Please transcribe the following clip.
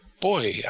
Boy